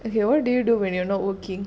okay what do you do when you're not working